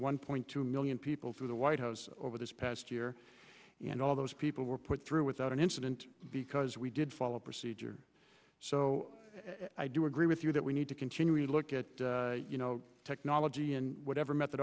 one point two million people through the white house over this past year and all those people were put through without an incident because we did follow procedure so i do agree with you that we need to continually look at technology and whatever method